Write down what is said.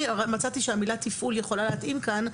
מצאתי שהמילה "תפעול" יכולה להתאים כאן.